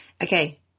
Okay